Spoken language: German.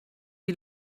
die